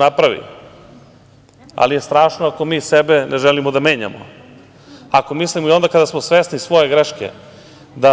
Napravi, ali je strašno ako mi sebe ne želimo da menjamo, ako mislimo i onda kada smo svesni svoje greške da